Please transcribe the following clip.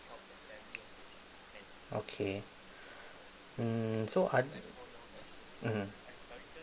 okay mm so oth~ mmhmm